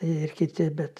ir kiti bet